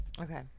Okay